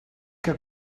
que